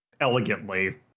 elegantly